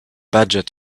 budget